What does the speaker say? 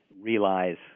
realize